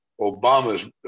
Obama's